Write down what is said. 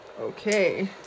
Okay